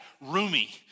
roomy